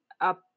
up